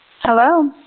Hello